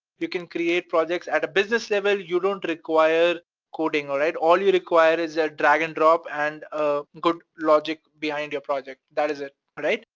you can create projects at a business level. you don't require coding, alright? all you require is a drag and drop and a good logic behind your project, that is it, alright?